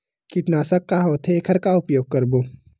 कीटनाशक का होथे एखर का उपयोग करबो?